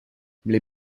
les